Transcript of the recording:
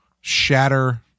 shatter